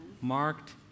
marked